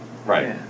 Right